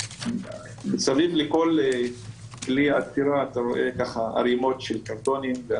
מסביב לכל כלי אצירה אתה רואה ערימות של קרטונים.